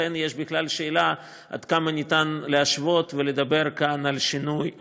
ולכן יש בכלל שאלה עד כמה אפשר להשוות ולדבר כאן על שינוי ברור.